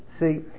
See